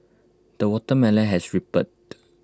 the watermelon has ripened